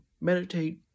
meditate